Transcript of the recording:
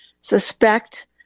suspect